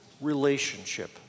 relationship